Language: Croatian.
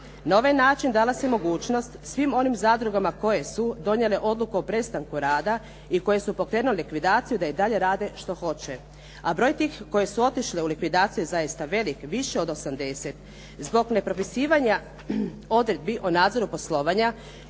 Na ovaj način dalo se mogućnost svim onim zadrugama koje su donijele odluku o prestanku rada i koje su pokrenule likvidaciju da i dalje rade što hoće, a broj tih koji su otišli u likvidaciju je zaista velik, više od 80. Zbog nepropisivanja odredbi o nadzoru poslovanja